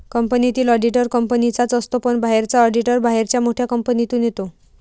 कंपनीतील ऑडिटर कंपनीचाच असतो पण बाहेरचा ऑडिटर बाहेरच्या मोठ्या कंपनीतून येतो